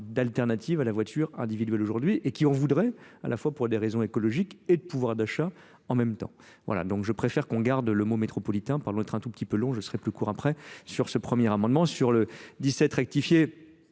d'alternative à la voiture individuelle aujourd'hui et qui voudrait à la fois pour des raisons écologiques et de pouvoir d'achat en même temps voilà donc je préfère qu'on garde le mot métropolitain par l'autre train un tout petit peu long je serais plus court après sur ce premier amendement sur le dix sept rectifié